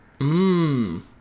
Mmm